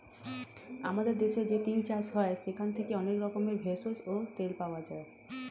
আমাদের দেশে যে তিল চাষ হয় সেখান থেকে অনেক রকমের ভেষজ ও তেল পাওয়া যায়